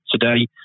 today